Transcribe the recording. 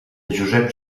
joseps